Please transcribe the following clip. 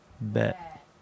Bet